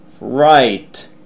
right